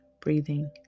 breathing